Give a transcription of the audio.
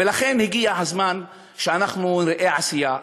ולכן הגיע הזמן שנראה עשייה.